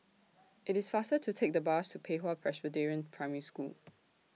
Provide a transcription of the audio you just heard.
IT IS faster to Take The Bus to Pei Hwa Presbyterian Primary School